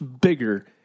bigger